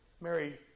Mary